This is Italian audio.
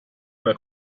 una